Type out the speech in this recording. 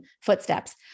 footsteps